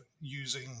using